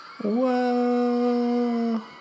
Whoa